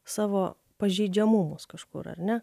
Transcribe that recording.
savo pažeidžiamumus kažkur ar ne